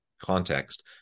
context